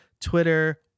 Twitter